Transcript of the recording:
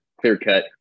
clear-cut